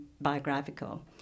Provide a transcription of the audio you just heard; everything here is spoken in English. biographical